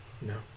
No